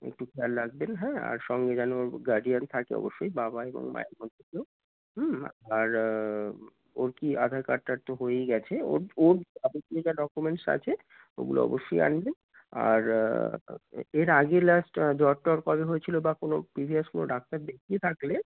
একটু খেয়াল রলাখবেন হ্যাঁ আর সঙ্গে যেন গার্ডিয়ান থাকে অবশ্যই বাবা এবং মায়ের আর ওর কি আধার কার্ড টাড তো হয়েই গেছে ওর ওর বাড়িতে যা ডকুমেন্টস আছে ওগুলো অবশ্যই আনবেন আর এর আগে লাস্ট জ্বর টর কবে হয়েছিলো বা কোনো প্রিভিয়াস কোনো ডাক্তার দেখিয়ে থাকলে